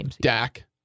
Dak